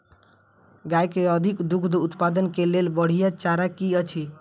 गाय केँ अधिक दुग्ध उत्पादन केँ लेल बढ़िया चारा की अछि?